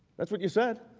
that's what you said.